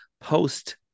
post